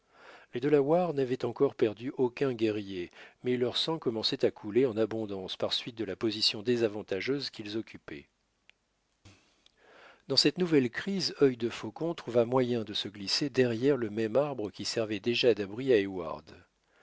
les delawares n'avaient encore perdu aucun guerrier mais leur sang commençait à couler en abondance par suite de la position désavantageuse qu'ils occupaient dans cette nouvelle crise œil de faucon trouva moyen de se glisser derrière le même arbre qui servait déjà d'abri